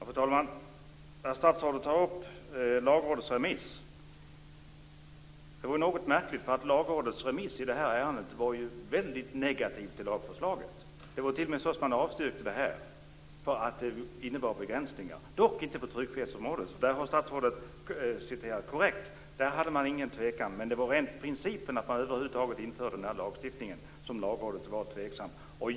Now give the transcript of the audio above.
Fru talman! Statsrådet tar upp Lagrådets remiss. Det är något märkligt, eftersom Lagrådets remiss i det här ärendet var väldigt negativ till lagförslaget. Man t.o.m. avstyrkte det, eftersom det innebar begränsningar, dock inte på tryckfrihetsområdet - där har statsrådet citerat korrekt. På tryckfrihetsområdet hade man inget att erinra, men Lagrådet var tveksamt till principen att man över huvud taget skulle införa denna lagstiftning.